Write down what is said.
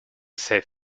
save